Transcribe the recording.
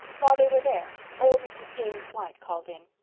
while they were there old mrs. james white called in.